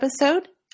episode